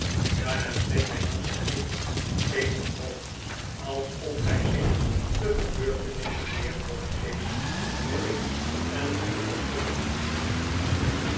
daarna streek hij langs zijn kin keek omhoog alsof hij zich de gebeurtenissen weer voor den geest riep en begon als volgt